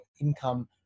income